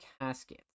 Casket